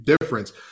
difference